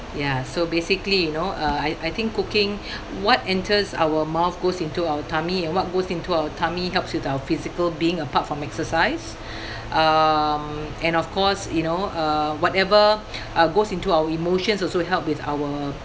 ya so basically you know uh I I think cooking what enters our mouth goes into our tummy and what goes into our tummy helps with our physical being apart from exercise um and of course you know uh whatever uh goes into our emotions also help with our